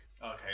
okay